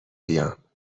بیام